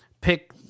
pick